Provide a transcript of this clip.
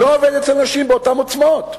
לא עובד אצל נשים באותן עוצמות.